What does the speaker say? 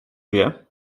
wie